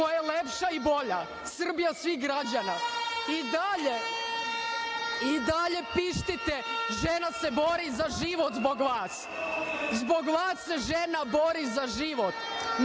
koja je lepša i bolja, Srbija svih građana?I dalje pištite, a žena se bori za život zbog vas. Zbog vas se žena bori za život,